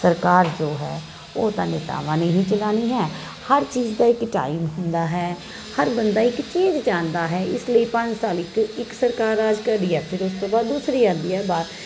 ਸਰਕਾਰ ਜੋ ਹੈ ਉਹ ਤਾਂ ਸਰਕਾਰਾਂ ਨੇ ਹੀ ਚਲਾਉਣੀ ਹੈ ਹਰ ਚੀਜ਼ ਦਾ ਇੱਕ ਟਾਈਮ ਹੁੰਦਾ ਹੈ ਹਰ ਬੰਦਾ ਇੱਕ ਚੇਂਜ ਚਾਂਦਾ ਹੈ ਇਸ ਲਈ ਪੰਜ ਸਾਲ ਇੱਕ ਇੱਕ ਸਰਕਾਰ ਰਾਜ ਕਰਦੀ ਹੈ ਫੇਰ ਉਸ ਤੋਂ ਬਾਅਦ ਦੂਸਰੀ ਆਉਂਦੀ ਹੈ